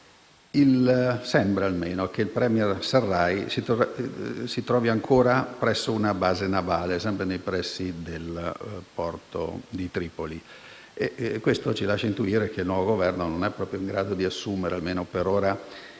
sparo. Sembra che il *premier* al-Sarraj si trovi ancora presso una base navale, sempre nei pressi del porto di Tripoli e questo ci lascia intuire che il nuovo Governo non è proprio in grado di assumere, almeno per ora,